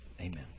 amen